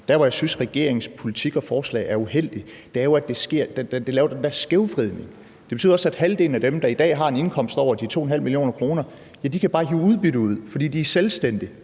Det, der er uheldigt ved regeringens politik og forslag, er, at det laver den der skævvridning. Det betyder også, at halvdelen af dem, der i dag har en indkomst på over 2,5 mio. kr., bare kan hive udbytte ud, for de er selvstændige,